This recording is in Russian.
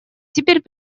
теперь